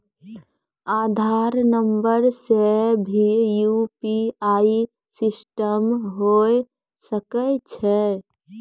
आधार नंबर से भी यु.पी.आई सिस्टम होय सकैय छै?